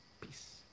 Peace